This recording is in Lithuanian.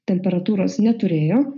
temperatūros neturėjo